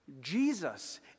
Jesus